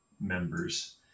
members